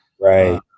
right